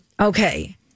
Okay